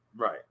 Right